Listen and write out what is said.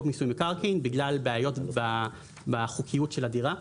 מיסוי מקרקעין בגלל בעיות בחוקיות של הדירה.